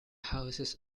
houses